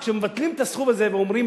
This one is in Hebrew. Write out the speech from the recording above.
כשמבטלים את הסכום הזה ואומרים,